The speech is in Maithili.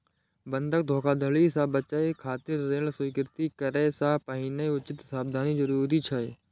बंधक धोखाधड़ी सं बचय खातिर ऋण स्वीकृत करै सं पहिने उचित सावधानी जरूरी छै